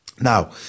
Now